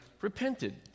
repented